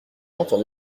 entendu